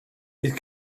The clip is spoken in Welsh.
bydd